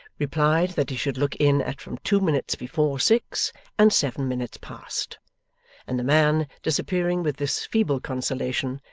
replied that he should look in at from two minutes before six and seven minutes past and the man disappearing with this feeble consolation,